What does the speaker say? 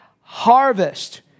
harvest